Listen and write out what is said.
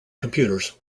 computers